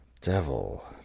Devil